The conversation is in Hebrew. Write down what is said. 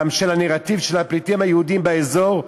גם של הנרטיב של הפליטים היהודים באזור,